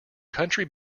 country